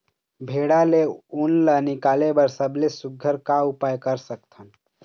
भेड़ा ले उन ला निकाले बर सबले सुघ्घर का उपाय कर सकथन?